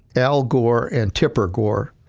al gore and tipper gore,